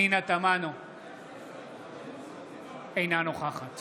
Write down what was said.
אינה נוכחת